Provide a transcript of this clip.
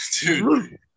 Dude